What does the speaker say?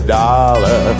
dollar